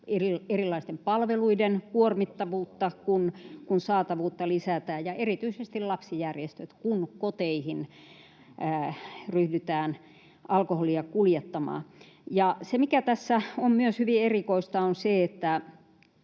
erilaisten palveluiden kuormittavuutta, kun saatavuutta lisätään, ja erityisesti lapsijärjestöt, kun koteihin ryhdytään alkoholia kuljettamaan. Se, mikä tässä on myös hyvin erikoista, on se, että